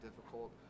difficult